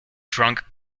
drunk